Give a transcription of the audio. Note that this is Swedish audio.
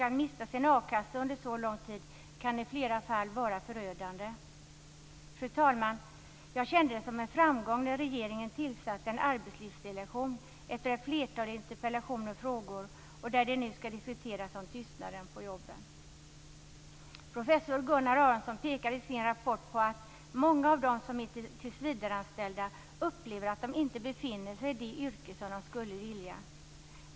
Att mista sin a-kassa under så lång tid kan i flera fall vara förödande. Fru talman! Jag kände det som en framgång när regeringen, efter ett flertal interpellationer och frågor, tillsatte en arbetslivsdelegation där det nu skall diskuteras om tystnaden på jobben. Professor Gunnar Aronsson pekar i sin rapport på att många av dem som är tillsvidareanställda upplever att de inte befinner sig i det yrke där de skulle vilja vara.